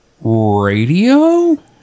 radio